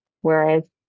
whereas